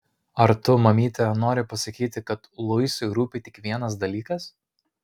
ar tu mamyte nori pasakyti kad luisui rūpi tik vienas dalykas